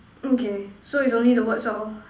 mm K so is only the words lor